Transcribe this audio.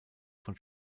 von